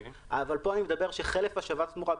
אבל פה אני מדבר שחלק מהשבת תמורה,